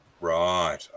right